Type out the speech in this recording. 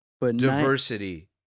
Diversity